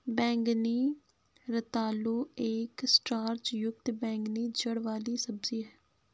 बैंगनी रतालू एक स्टार्च युक्त बैंगनी जड़ वाली सब्जी है